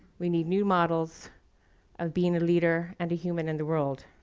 we need new models of being a leader and a human in the world.